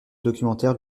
documentaire